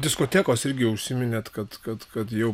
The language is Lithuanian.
diskotekos irgi užsiminėt kad kad kad jau